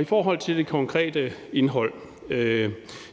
I forhold til det konkrete indhold vil jeg sige, at